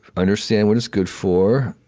understand what it's good for,